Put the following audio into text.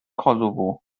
kosovo